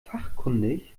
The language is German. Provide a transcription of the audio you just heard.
fachkundig